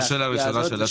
זו שאלה ראשונה.